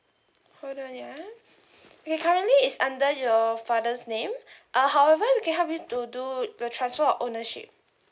hold on ya okay currently it's under your father's name uh however we can help you to do the transfer of ownership